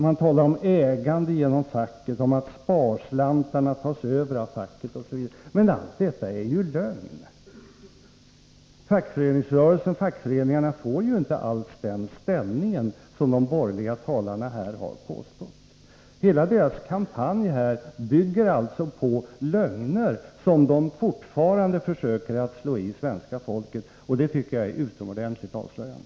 Det talas om ägande genom facket, om att sparslantarna tas över av facket, osv. Men allt detta är lögn! Fackföreningsrörelsen och fackföreningarna får inte alls den ställning som de borgerliga talarna här har påstått. Hela deras kampanj bygger på lögner, som de fortfarande försöker slå i svenska folket. Det tycker jag är utomordentligt avslöjande.